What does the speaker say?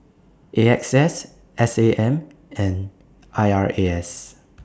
A X S S A M and I R A S